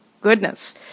goodness